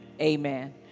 amen